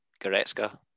Goretzka